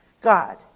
God